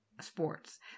sports